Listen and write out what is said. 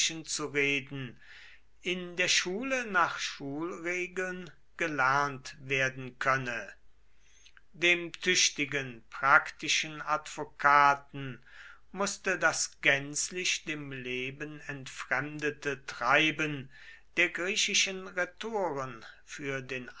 zu reden in der schule nach schulregeln gelernt werden könne dem tüchtigen praktischen advokaten mußte das gänzlich dem leben entfremdete treiben der griechischen rhetoren für den